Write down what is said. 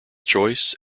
choice